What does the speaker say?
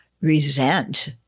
resent